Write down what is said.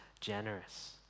generous